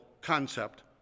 concept